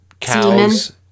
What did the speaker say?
cows